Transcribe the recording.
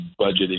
budgeting